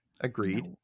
agreed